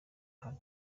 ahari